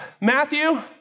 Matthew